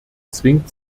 zwingt